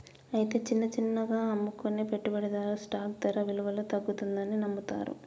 అయితే చిన్న చిన్నగా అమ్ముకునే పెట్టుబడిదారులు స్టాక్ ధర విలువలో తగ్గుతుందని నమ్ముతారు